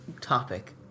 topic